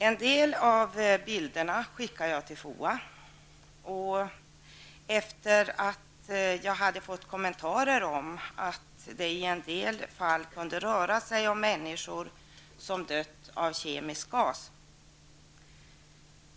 En del av bilderna skickade jag till FOA efter det att jag hade fått kommentarer om att det i en del fall kunde röra sig om människor som dött av kemisk gas.